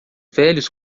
velhos